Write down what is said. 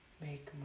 make